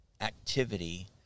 activity